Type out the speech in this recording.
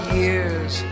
years